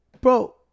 bro